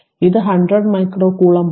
അതിനാൽ ഇത് 100 മൈക്രോ കൂളമ്പാണ്